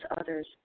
others